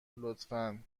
لطفا